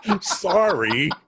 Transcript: sorry